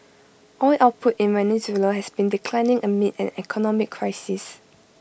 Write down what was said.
oil output in Venezuela has been declining amid an economic crisis